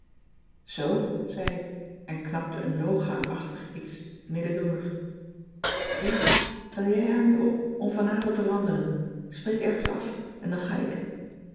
zoo zei ik en knapte een nougat achtig iets middendoor ja bel jij haar nu op om vanavond te wandelen spreek ergens af en dan ga ik